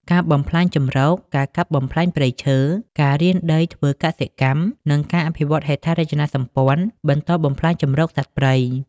ការបំផ្លាញជម្រក ការកាប់បំផ្លាញព្រៃឈើ ការរានដីធ្វើកសិកម្ម និងការអភិវឌ្ឍន៍ហេដ្ឋារចនាសម្ព័ន្ធបន្តបំផ្លាញជម្រកសត្វព្រៃ។